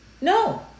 No